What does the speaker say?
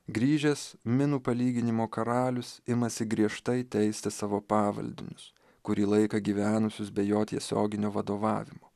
grįžęs minų palyginimo karalius imasi griežtai teisti savo pavaldinius kurį laiką gyvenusius be jo tiesioginio vadovavimo